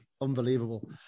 Unbelievable